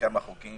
כמה חוקים